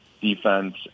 defense